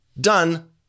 done